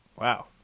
wow